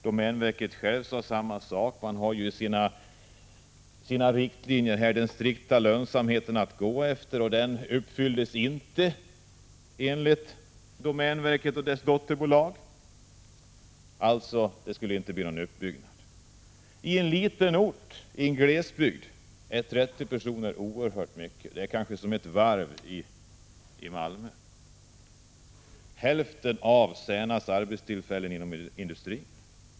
Domänverket självt sade samma sak. Verket har ju sina riktlinjer att följa, och det innebär strikta krav på lönsamhet. De kraven uppfylldes inte när det gällde sågen i Särna, enligt domänverket och dess dotterbolag. Det skulle alltså inte bli någon återuppbyggnad av sågen. Sågen sysselsatte 30 personer. I en liten ort i en glesbygd är 30 personer oerhört mycket — det kan kanske jämföras med varvet i Malmö och dess anställda. De 30 jobben utgjorde hälften av Särnas arbetstillfällen inom industrin.